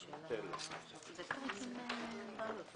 אני מקווה שנסיים את הדיון מהר, ואם